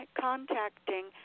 contacting